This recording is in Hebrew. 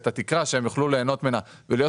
את התקרה; שהם יוכלו להנות ממנה ולהיות